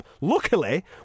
Luckily